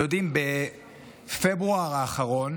אתם יודעים, בפברואר האחרון